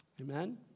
Amen